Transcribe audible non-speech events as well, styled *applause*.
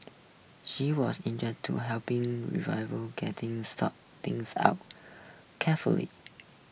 she was *unintelligible* to helping *unintelligible* getting sort things out carefully